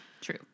True